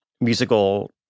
musical